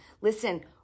Listen